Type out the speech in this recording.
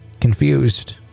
Confused